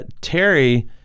Terry